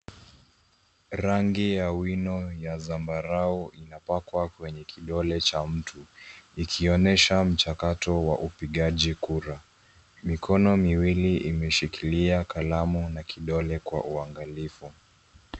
Rangi ya wino ya zambarau inapakwa kwenye kidole cha mtu ikionyesha mchakato wa upigaji kura. Mikono miwili imeshikilia kalamu na kidole kwa uangalifu.